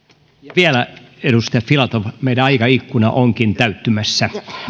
vielä edustaja filatov meidän aikaikkunamme onkin täyttymässä